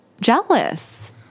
jealous